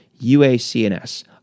UACNS